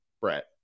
Brett